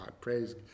Praise